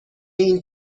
این